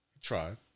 tried